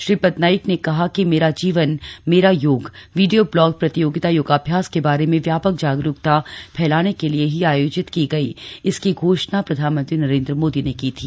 श्री नाइक ने कहा कि मेरा जीवन मेरा योग वीडियो ब्लॉग प्रतियोगिता योगाभ्यास के बारे में व्यापक जागरुकता फैलाने के लिए ही आयोजित की गई इसकी घोषणा प्रधानमंत्री नरेंद्र मोदी ने की थी